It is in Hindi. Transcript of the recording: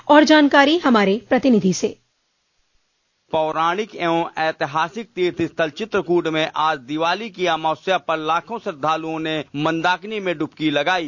और जानकारी हमारे प्रतिनिधि से पौराणिक एवं ऐतिहासिक तीर्थ स्थल चित्रकूट में आज दिवाली की अमावस्या पर लाखों श्रद्दालुओं ने मंदाकिनी में डुबकी लगायी